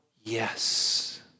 yes